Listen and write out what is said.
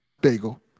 bagel